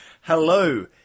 Hello